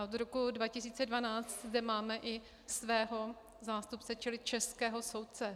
Od roku 2012 zde máme i svého zástupce, čili českého soudce.